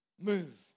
move